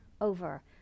over